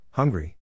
Hungry